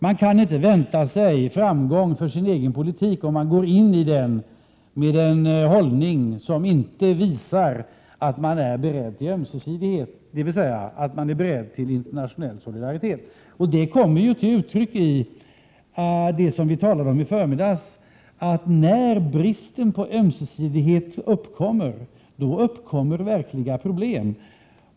Man kan inte vänta sig framgång för sin egen politik, om man går in i den med en hållning som inte visar att man är beredd till ömsesidighet, dvs. att man är beredd till internationell solidaritet. Det kom ju till uttryck i det som vi talade om i förmiddags, att när bristen på ömsesidighet uppkommer, då uppkommer verkliga problem.